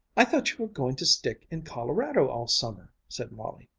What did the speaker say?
i thought you were going to stick in colorado all summer, said molly.